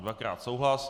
Dvakrát souhlas.